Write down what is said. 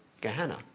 Gehenna